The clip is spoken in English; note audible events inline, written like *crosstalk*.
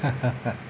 *laughs*